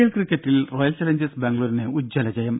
L ക്രിക്കറ്റിൽ Royal Challengers ബാംഗ്ലൂരിന് ഉജ്ജ്വല ജയം